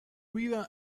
vida